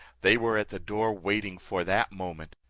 they were at the door waiting for that moment.